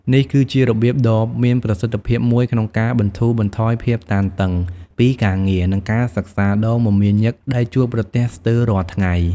នេះគឺជារបៀបដ៏មានប្រសិទ្ធភាពមួយក្នុងការបន្ធូរបន្ថយភាពតានតឹងពីការងារនិងការសិក្សាដ៏មមាញឹកដែលជួបប្រទះស្ទើររាល់ថ្ងៃ។